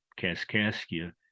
Kaskaskia